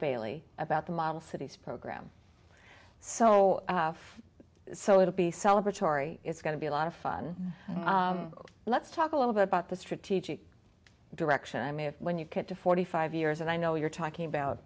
bailey about the model cities program so so it'll be celebre tory it's going to be a lot of fun let's talk a little bit about the strategic direction i mean when you get to forty five years and i know you're talking about